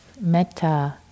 metta